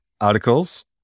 articles